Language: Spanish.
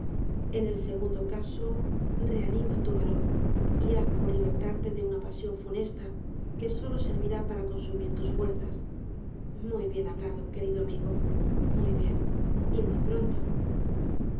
en el segundo caso reanima tu valor y haz por libertarte de una pasión funesta que solo servirá para consumir tus fuerzas muy bien hablado querido amigo muy bien y muy pronto